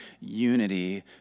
unity